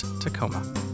Tacoma